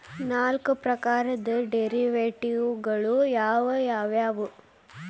ನಾಲ್ಕ್ ಪ್ರಕಾರದ್ ಡೆರಿವೆಟಿವ್ ಗಳು ಯಾವ್ ಯಾವವ್ಯಾವು?